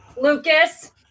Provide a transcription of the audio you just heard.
Lucas